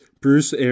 Bruce